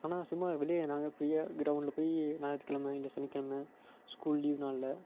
ஆனால் சும்மா வெளியே நாங்கள் ஃப்ரீயாக க்ரவுண்ட்டில் போய் ஞாயிற்றுக் கிழம இல்லை சனிக் கிழம ஸ்கூல் லீவ் நாளில்